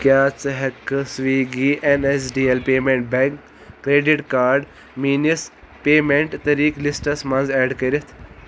کیٛاہ ژٕ ہٮ۪ککھہٕ سُوِگی N S D L payment bank credit card میٛٲنِس پیمٮ۪نٛٹ طٔریٖقہٕ لِسٹَس منٛز اٮ۪ڈ کٔرِتھ